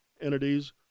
entities